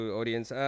audience